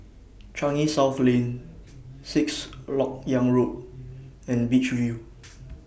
Changi South Lane Sixth Lok Yang Road and Beach View